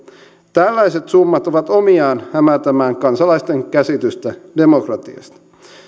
tällaiset summat ovat omiaan hämärtämään kansalaisten käsitystä demokratiasta